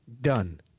done